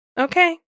Okay